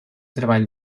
treball